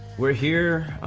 we're here